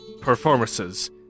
performances